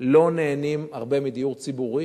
לא נהנים הרבה מדיור ציבורי,